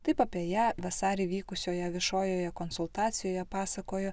taip apie ją vasarį vykusioje viešojoje konsultacijoje pasakojo